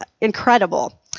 incredible